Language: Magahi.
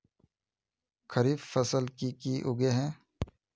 खरीफ फसल की की उगैहे?